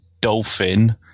dolphin